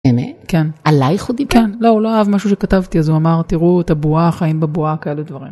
באמת? -כן. -עלייך הוא דיבר? -לא, לא אהב משהו שכתבתי, אז הוא אמר "תראו את הבועה", "חיים בבועה", כאלה דברים.